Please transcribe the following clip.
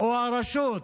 או הרשות,